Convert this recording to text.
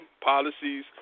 policies